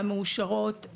והמאושרות,